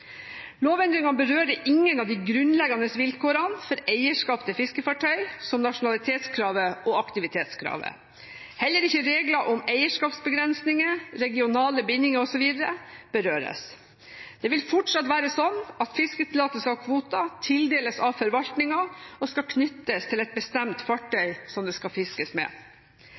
Lovendringene berører ingen av de grunnleggende vilkårene for eierskap til fiskefartøy, som nasjonalitetskravet og aktivitetskravet. Heller ikke regler om eierskapsbegrensninger, regionale bindinger osv. berøres. Det vil fortsatt være slik at fisketillatelser og kvoter tildeles av forvaltningen og skal knyttes til et bestemt fartøy